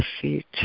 feet